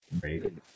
great